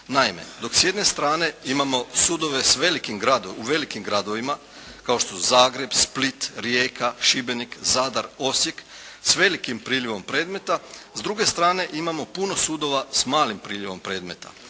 Naime, dok s jedne strane imamo sudove u velikim gradovima kao što su Zagreb, Split, Rijeka, Šibenik, Zadar, Osijek s velikim prilivom predmeta, s druge strane imamo puno sudova s malim priljevom predmeta,